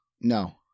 No